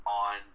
on